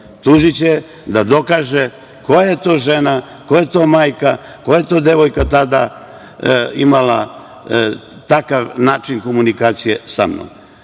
Tužiće je da dokaže koja je to žena, koja je to majka, koja je to devojka imala takav način komunikacije sa